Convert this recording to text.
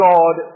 God